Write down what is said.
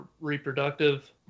reproductive